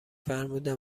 فرمودن